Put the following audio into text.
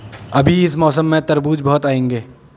अभी इस मौसम में तरबूज बहुत आएंगे